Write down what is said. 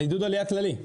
עידוד עלייה כללי.